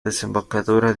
desembocadura